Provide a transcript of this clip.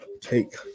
Take